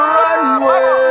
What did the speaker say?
runway